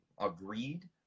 agreed